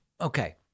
okay